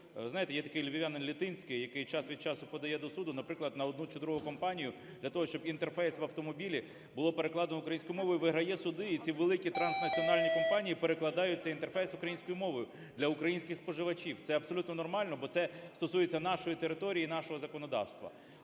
знаєте, є такий львів'янин Літинський, який час від часу подає до суду, наприклад, на одну чи другу компанію для того, щоб інтерфейс в автомобілі було перекладено українською мовою, виграє суди і ці великі транснаціональні компанії перекладають цей інтерфейс українською мовою для українських споживачів. Це абсолютно нормально, бо це стосується нашої території і нашого законодавства.